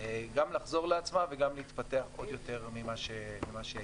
גם לחזור לעצמה וגם להתפתח עוד יותר לעומת מה שהייתה.